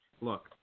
look